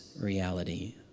reality